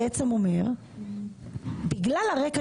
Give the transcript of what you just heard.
בטח.